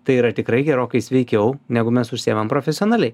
tai yra tikrai gerokai sveikiau negu mes užsiimam profesionaliai